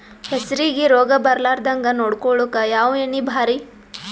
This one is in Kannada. ಹೆಸರಿಗಿ ರೋಗ ಬರಲಾರದಂಗ ನೊಡಕೊಳುಕ ಯಾವ ಎಣ್ಣಿ ಭಾರಿ?